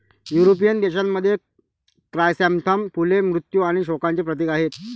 European देशांमध्ये, chrysanthemum फुले मृत्यू आणि शोकांचे प्रतीक आहेत